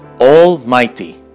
almighty